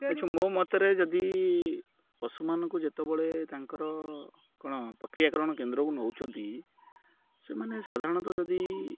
ମୋ ମତରେ ଯଦି ପଶୁମାନଙ୍କୁ ଯେତେବେଳେ ତାଙ୍କର କ'ଣ ପ୍ରକ୍ରିୟାକରଣ କେନ୍ଦ୍ରକୁ ନେଉଛନ୍ତି ସେମାନେ ସାଧାରଣତଃ ଯଦି